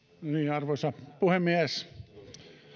arvoisa puhemies